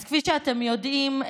אז כפי שאתם יודעים,